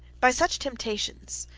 by such temptations,